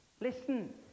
Listen